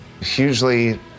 hugely